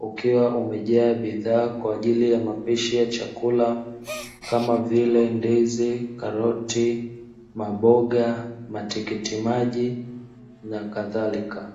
ukiwa umejaa bidhaa kwa ajili ya mapishi ya chakula kama vile ndizi, karoti, maboga, matikiti maji na kadhalika.